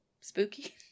spooky